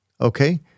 okay